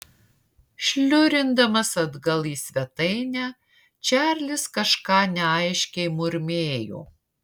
šliurindamas atgal į svetainę čarlis kažką neaiškiai murmėjo